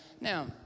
Now